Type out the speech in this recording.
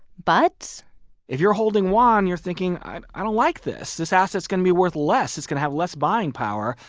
but if you're holding yuan, you're thinking, i ah don't like this. this asset's going to be worth less. it's going to have less buying power.